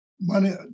money